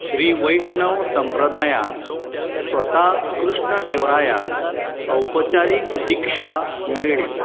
श्री वैष्णव संप्रदायांत स्वता कृष्ण देवरायाक औपचारीक दिक्षा मेळ्ळी